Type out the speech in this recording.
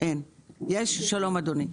שלום, אדוני.